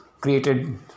Created